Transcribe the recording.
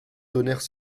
donnèrent